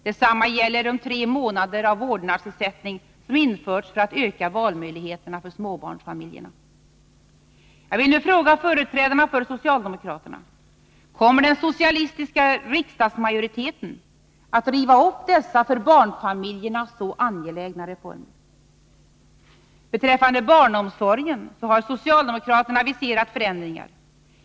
Detsamma gäller de tre månader med vårdnadsersättning, som införts för att öka valmöjligheterna för småbarnsfamiljerna. Beträffande barnomsorgen har socialdemokraterna aviserat förändringar.